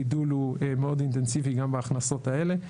הגידול הוא מאוד אינטנסיבי גם בהכנסות האלה,